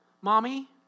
Mommy